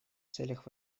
целях